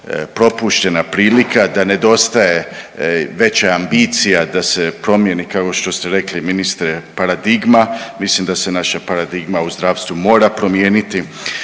propuštena prilika, da nedostaje veća ambicija da se promijeni kako što ste rekli ministre paradigma, mislim da se naša paradigma u zdravstvu mora promijeniti.